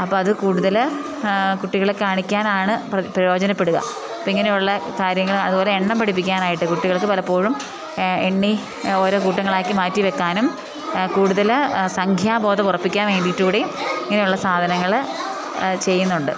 അപ്പം അത് കൂടുതൽ കുട്ടികളെ കാണിക്കാനാണ് പ്രയോജനപ്പെടുക അപ്പം ഇങ്ങനെയുള്ള കാര്യങ്ങൾ അതുപോലെ എണ്ണം പഠിപ്പിക്കാനായിട്ട് കുട്ടികൾക്ക് പലപ്പോഴും എണ്ണി ഓരോ കൂട്ടങ്ങളാക്കി മാറ്റിവെക്കാനും കൂടുതൽ സംഖ്യാബോധം ഉറപ്പിക്കാൻ വേണ്ടിയിട്ട് കൂടി ഇങ്ങനെയുള്ള സാധനങ്ങൾ ചെയ്യുന്നുണ്ട്